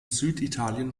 süditalien